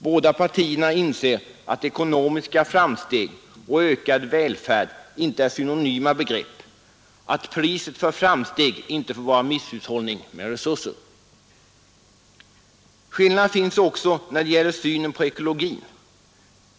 Båda partierna inser att ekonomiska framsteg och ökad välfärd inte är synonyma begrepp, att priset för framsteg inte får vara misshushållning med resurser. Skillnaden finns också när det gäller synen på ekologin.